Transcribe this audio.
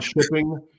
shipping